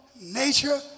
nature